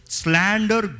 slander